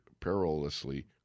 perilously